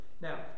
Now